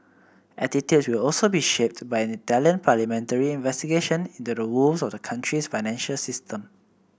attitudes will also be shaped by an Italian parliamentary investigation into the woes of the country's financial system